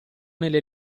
nelle